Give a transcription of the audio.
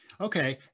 Okay